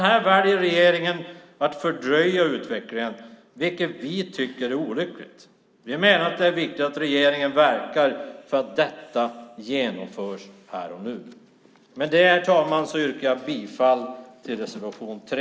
Här väljer regeringen att fördröja utvecklingen, vilket vi tycker är olyckligt. Vi menar att det är viktigt att regeringen verkar för att detta genomförs här och nu. Med detta, herr talman, yrkar jag bifall till reservation 3.